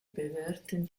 bewerten